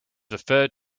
referred